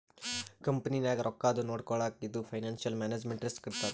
ಕಂಪನಿನಾಗ್ ರೊಕ್ಕಾದು ನೊಡ್ಕೊಳಕ್ ಇದು ಫೈನಾನ್ಸಿಯಲ್ ಮ್ಯಾನೇಜ್ಮೆಂಟ್ ರಿಸ್ಕ್ ಇರ್ತದ್